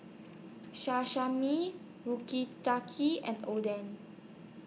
and Oden